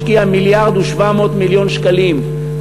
השקיע מיליארד ו-700 מיליון שקלים,